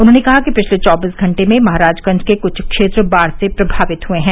उन्होंने कहा कि पिछले चौबीस घंटे में महाराजगंज में कुछ क्षेत्र बाढ़ से प्रभावित हुए हैं